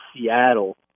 Seattle